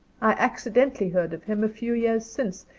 i accidentally heard of him, a few years since,